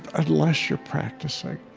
unless you're practicing